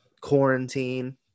quarantine